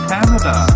Canada